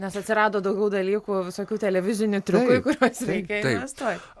nes atsirado daugiau dalykų visokių televizinių triukų į kuriuos reikia investuot